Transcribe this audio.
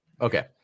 Okay